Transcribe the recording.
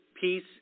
peace